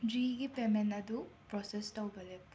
ꯖꯤꯒꯤ payment ꯑꯗꯨ process ꯇꯧꯕ ꯂꯦꯞꯄꯨ